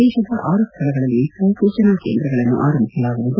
ದೇಶದ ಆರು ಸ್ವಳಗಳಲ್ಲಿ ಇಸ್ತೋ ಸೂಚನಾ ಕೇಂದ್ರಗಳನ್ನು ಆರಂಭಿಸಲಾಗುವುದು